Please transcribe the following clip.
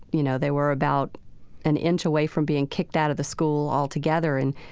you know, they were about an inch away from being kicked out of the school altogether and,